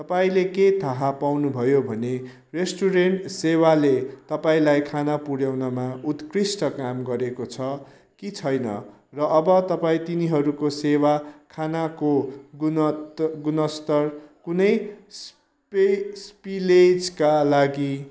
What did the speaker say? तपाईँँले के थाहा पाउनुभयो भने रेस्टुरेन्ट सेवाले तपाईँँलाई खाना पुर्याउनमा उत्कृष्ट काम गरेको छ कि छैन र अब तपाईँँ तिनीहरूको सेवा खानाको गुणतर गुणस्तर कुनै स्पे स्पिलेजका लागि